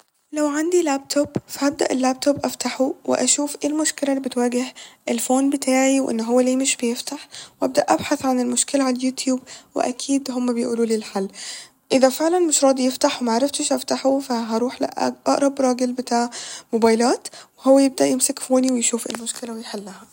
لو عندي لاب توب فهبدأ اللاب توب أفتحه وأشوف ايه المشكلة اللي بتواجه الفون بتاعي وإن هو ليه مش بيفتح وأبدأ أبحث عن المشكلة ع اليوتيوب وأكيد هما بيقولو لي الحل ، اذا فعلا مش راضي يفتح ومعرفتش افتحه فهروح لأٌق- أقرب راجل بتاع موبايلات وهو يبدأ يمسك فوني ويقولي ايه المشكلة ويبدأ يحلها